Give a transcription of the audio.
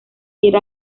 quiere